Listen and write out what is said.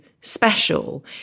special